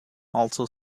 also